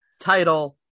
title